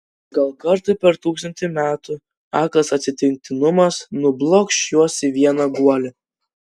gal kartą per tūkstantį metų aklas atsitiktinumas nublokš juos į vieną guolį